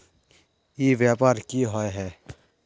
ई व्यापार की होय है?